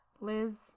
Liz